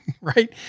Right